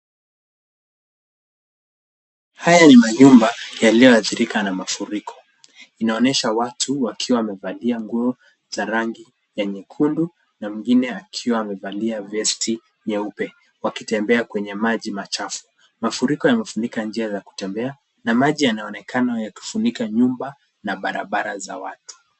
Haya ni manyumba yaliyoathirika na mafuriko. Inaonyesha watu wakiwa wamevalia nguo za rangi ya nyekundu na mwingine akiwa amevalia vesti nyeupe wakitembea kwenye maji machafu. Mafuriko yamefunika njia ya kutembea na maji yanaonekana yakifunika nyumba na barabara za watu.